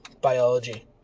Biology